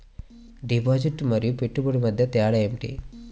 Deposit మరియు పెట్టుబడి మధ్య తేడా ఏమిటి?